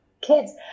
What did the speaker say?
kids